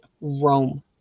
Rome